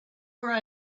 were